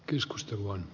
keskustelu on